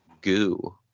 goo